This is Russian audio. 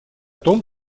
том